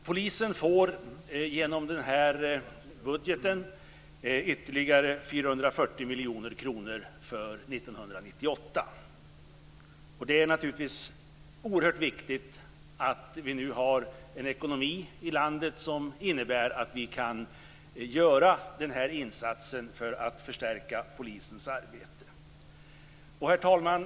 Polisen får genom den här budgeten ytterligare 440 miljoner kronor för 1998. Det är naturligtvis oerhört viktigt att vi nu har en ekonomi i landet som innebär att vi kan göra den här insatsen för att förstärka polisens arbete. Herr talman!